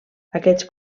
aquests